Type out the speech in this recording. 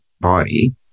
body